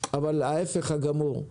אבל ההיפך הגמור,